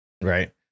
Right